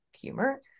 humor